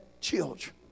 children